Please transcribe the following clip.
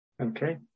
Okay